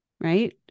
right